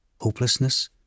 hopelessness